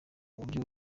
uburyo